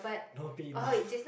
not paid enough